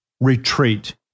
retreat